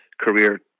career